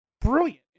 brilliant